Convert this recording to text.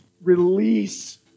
release